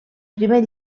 primer